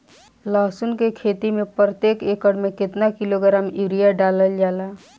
लहसुन के खेती में प्रतेक एकड़ में केतना किलोग्राम यूरिया डालल जाला?